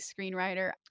screenwriter